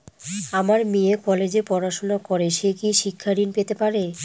আমার মেয়ে কলেজে পড়াশোনা করে সে কি শিক্ষা ঋণ পেতে পারে?